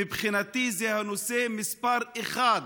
מבחינתי זה נושא מספר אחת,